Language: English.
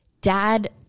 dad